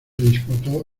disputó